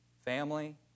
Family